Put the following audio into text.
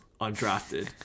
undrafted